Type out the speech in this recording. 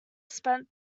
spent